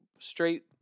straight